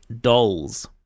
dolls